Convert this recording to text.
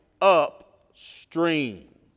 upstream